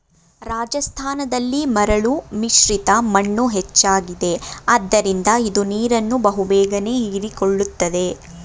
ರಾಜಸ್ಥಾನದಲ್ಲಿ ಮರಳು ಮಿಶ್ರಿತ ಮಣ್ಣು ಹೆಚ್ಚಾಗಿದೆ ಆದ್ದರಿಂದ ಇದು ನೀರನ್ನು ಬಹು ಬೇಗನೆ ಹೀರಿಕೊಳ್ಳುತ್ತದೆ